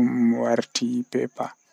jemma mi somata.